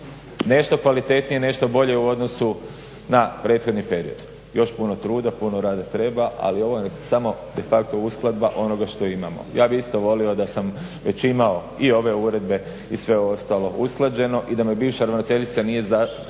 nešto kvalitetnije, nešto bolje u odnosu na prethodni period. Još puno truda, puno rada treba, ali ovo je samo de facto uskladba onoga što imamo. Ja bih isto volio da sam već imao i ove uredbe i sve ostalo usklađeno i da me bivša ravnateljica nije zatekla